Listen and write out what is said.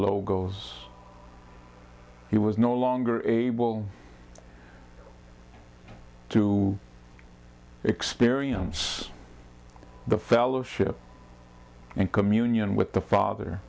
logos he was no longer able to experience the fellowship and communion with the father